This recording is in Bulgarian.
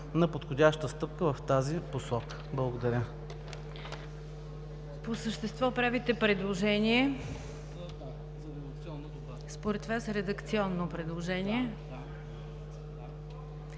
на подходяща стъпка в тази посока. Благодаря.